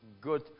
good